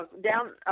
down